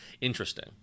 interesting